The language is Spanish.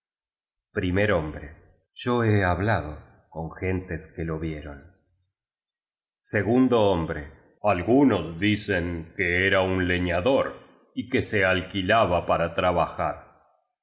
primer hombre yo he hablado con gentes que lo vieron segundo hombre algunos dicen que era un leñador y que se alquilaba para trabajar